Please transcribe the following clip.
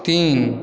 तीन